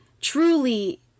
truly